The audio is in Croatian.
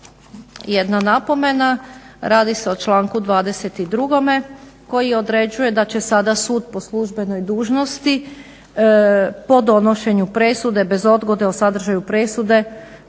jedna napomena. Radi se o članku 22. koji određuje da će sada sud po službenoj dužnosti po donošenju presude bez odgode o sadržaju presude